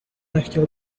nechtěl